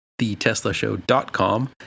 theteslashow.com